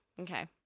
Okay